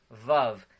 vav